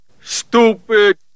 Stupid